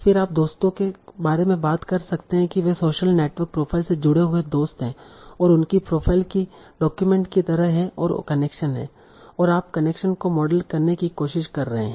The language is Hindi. फिर आप दोस्तों के बारे में बात कर सकते हैं की वे सोशल नेटवर्क प्रोफाइल से जुड़े हुए दोस्त हैं और उनकी प्रोफाइलकी डॉक्यूमेंट की तरह है और कनेक्शन है और आप कनेक्शन को मॉडल करने की कोशिश कर रहे हैं